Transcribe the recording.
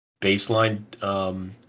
baseline